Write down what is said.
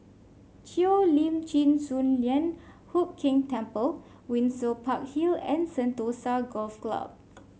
Cheo Lim Chin Sun Lian Hup Keng Temple Windsor Park Hill and Sentosa Golf Club